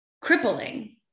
crippling